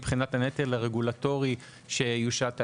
מבחינת הנטל הרגולטורי שיושת עליכם.